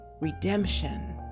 redemption